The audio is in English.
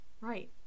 Right